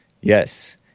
yes